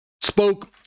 spoke